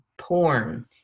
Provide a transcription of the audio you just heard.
porn